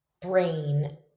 brain